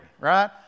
right